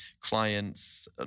clients